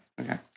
Okay